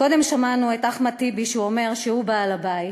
קודם שמענו את אחמד טיבי אומר שהוא בעל הבית.